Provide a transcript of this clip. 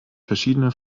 verschiedene